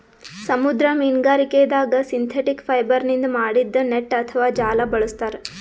ಸಮುದ್ರ ಮೀನ್ಗಾರಿಕೆದಾಗ್ ಸಿಂಥೆಟಿಕ್ ಫೈಬರ್ನಿಂದ್ ಮಾಡಿದ್ದ್ ನೆಟ್ಟ್ ಅಥವಾ ಜಾಲ ಬಳಸ್ತಾರ್